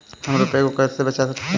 हम रुपये को कैसे बचा सकते हैं?